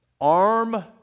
arm